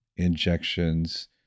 Injections